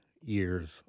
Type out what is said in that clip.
years